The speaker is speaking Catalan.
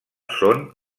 són